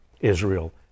Israel